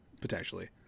potentially